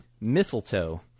Mistletoe